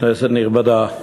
כנסת נכבדה,